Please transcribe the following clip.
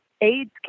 AIDS